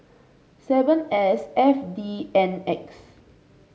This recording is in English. seven S F D N X